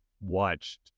watched